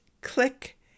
click